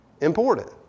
important